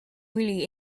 really